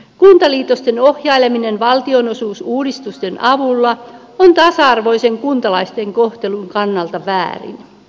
kuntaliitosten ohjaileminen valtionosuusuudistusten avulla on kuntalaisten tasa arvoisen kohtelun kannalta väärin